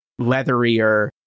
leatherier